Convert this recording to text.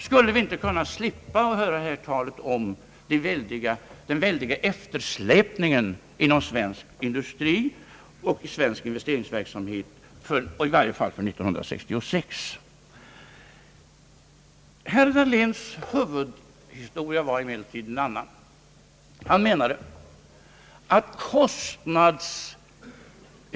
Skulle vi inte kunna slippa höra talet om den väldiga eftersläpningen inom svensk industri och svensk investeringsverksamhet, i varje fall för 1966? Det allra viktigaste i herr Dahléns framställning var emellertid något annat.